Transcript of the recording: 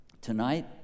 tonight